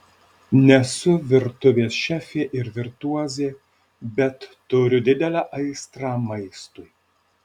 nesu virtuvės šefė ir virtuozė bet turiu didelę aistrą maistui